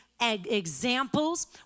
examples